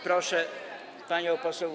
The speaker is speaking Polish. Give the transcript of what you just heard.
Proszę panią poseł.